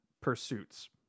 pursuits